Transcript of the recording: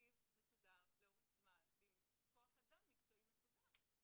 תקציב מסודר לאורך זמן עם כוח אדם מקצועי מסודר.